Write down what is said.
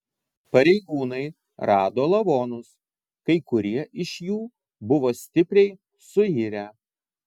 pareigūnai rado lavonus kai kurie iš jų buvo stipriai suirę